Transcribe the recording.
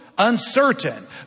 Uncertain